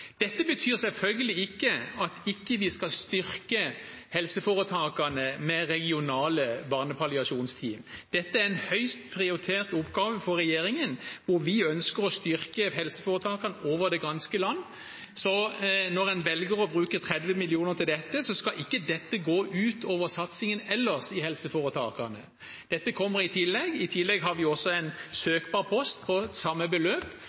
Dette betyr selvfølgelig ikke at vi ikke skal styrke helseforetakene med regionale barnepalliasjonsteam. Dette er en høyst prioritert oppgave for regjeringen, og vi ønsker å styrke helseforetakene over det ganske land. Når en velger å bruke 30 mill. kr til dette, skal det ikke gå utover satsingen ellers i helseforetakene. Dette kommer i tillegg. I tillegg har vi en søkbar post på samme beløp,